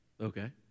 Okay